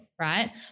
right